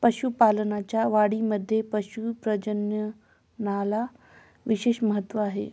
पशुपालनाच्या वाढीमध्ये पशु प्रजननाला विशेष महत्त्व आहे